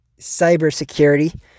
cybersecurity